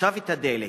עכשיו את הדלק.